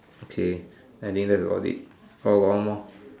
okay I think that's about it oh got one more